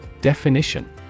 Definition